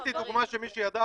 נתתי דוגמה של מישהי שידעה,